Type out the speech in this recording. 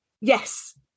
Yes